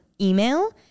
email